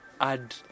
add